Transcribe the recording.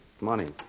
money